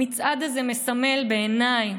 המצעד הזה מסמל בעיניי,